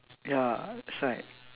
ya that's right